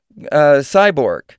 Cyborg